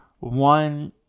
one